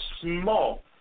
small